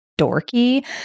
dorky